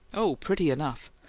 oh, pretty enough!